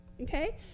okay